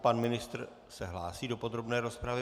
Pan ministr se hlásí do podrobné rozpravy.